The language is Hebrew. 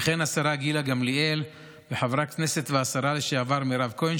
והשרה גילה גמליאל וחברת הכנסת והשרה לשעבר מירב כהן,